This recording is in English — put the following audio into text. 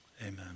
Amen